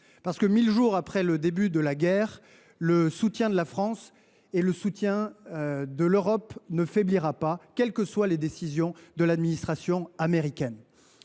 Parce que, mille jours après le début de la guerre, le soutien de la France et de l’Europe ne faiblira pas, quelles que soient les décisions de l’administration américaine.